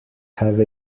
have